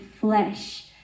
flesh